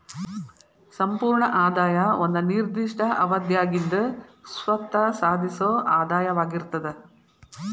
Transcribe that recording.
ಸಂಪೂರ್ಣ ಆದಾಯ ಒಂದ ನಿರ್ದಿಷ್ಟ ಅವಧ್ಯಾಗಿಂದ್ ಸ್ವತ್ತ ಸಾಧಿಸೊ ಆದಾಯವಾಗಿರ್ತದ